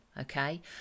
okay